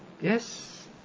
yes